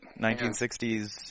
1960s